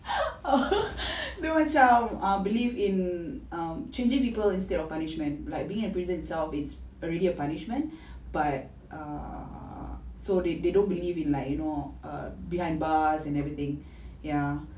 apa dia macam ah believe in um changing people instead of punishment like being at prison itself it's already a punishment but err so they don't believe in like you know err behind bars and everything ya